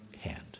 hand